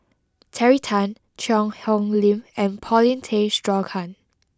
Terry Tan Cheang Hong Lim and Paulin Tay Straughan